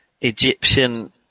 Egyptian